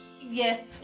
Yes